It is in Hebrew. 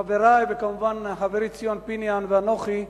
חברי, וכמובן חברי ציון פיניאן ואנוכי,